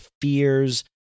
fears